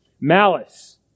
Malice